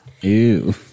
Ew